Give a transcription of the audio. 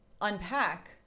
unpack